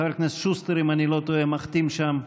חבר הכנסת שוסטר, אם אני לא טועה, מחתים שם.